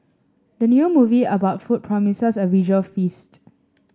the new movie about food promises a visual feast